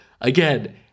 Again